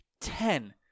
Ten